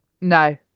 No